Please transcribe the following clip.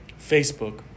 Facebook